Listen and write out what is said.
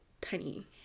tiny